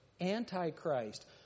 Antichrist